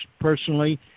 personally